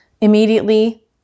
Immediately